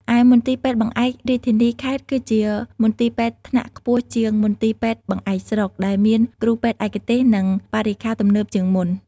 ឯមន្ទីរពេទ្យបង្អែករាជធានី/ខេត្ត គឺជាមន្ទីរពេទ្យថ្នាក់ខ្ពស់ជាងមន្ទីរពេទ្យបង្អែកស្រុក ដែលមានគ្រូពេទ្យឯកទេស និងបរិក្ខារទំនើបជាងមុន។